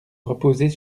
reposer